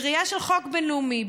בראייה של חוק בין-לאומי,